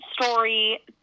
story